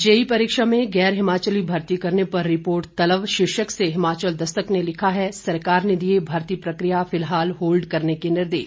JEE परीक्षा में गैर हिमाचली भर्ती करने पर रिपोर्ट तलब शीर्षक से हिमाचल दस्तक ने लिखा है सरकार ने दिए भर्ती प्रक्रिया फिलहाल होल्ड करने के निर्देश